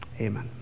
Amen